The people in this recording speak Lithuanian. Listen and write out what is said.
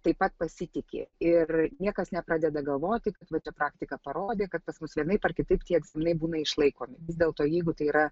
taip pat pasitiki ir niekas nepradeda galvoti kad va čia praktika parodė kad pas mus vienaip ar kitaip tie egzaminai būna išlaikomi vis dėlto jeigu tai yra